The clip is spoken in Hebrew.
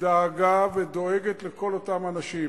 דאגה ודואגת לכל אותם אנשים: